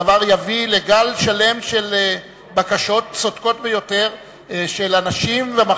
הדבר יביא לגל שלם של בקשות צודקות ביותר של אנשים ושל